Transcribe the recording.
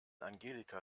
angelika